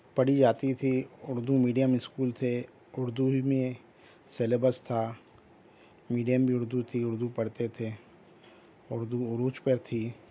پڑھی جاتی تھی اردو میڈیم اسکول تھے اردو ہی میں سلیبس تھا میڈیم بھی اردو تھی اردو پڑھتے تھے اردو عروج پر تھی